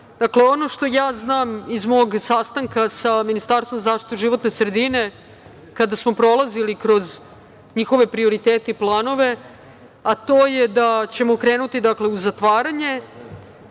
Dakle, ono što ja znam, iz mog sastanka sa Ministarstvom za zaštitu životne sredine, kada smo prolazili kroz njihove prioritete i planove, a to je da ćemo krenuti u zatvaranje